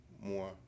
more